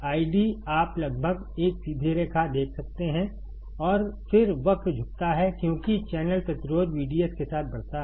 ID आप लगभग एक सीधी रेखा देख सकते हैं और फिर वक्र झुकता है क्योंकि चैनल प्रतिरोध VDS के साथ बढ़ता है